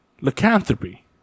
lycanthropy